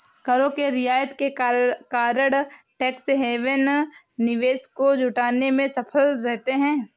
करों के रियायत के कारण टैक्स हैवन निवेश को जुटाने में सफल रहते हैं